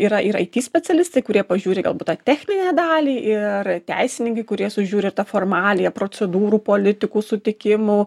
yra ir it specialistai kurie pažiūri galbūt tą techninę dalį ir teisininkai kurie sužiūri ir tą formaliąją procedūrų politikų sutikimų